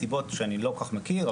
מסיבות שאני לא כל כך מכיר,